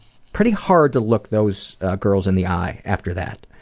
pretty hard to look those girls in the eye after that.